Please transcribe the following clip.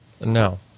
No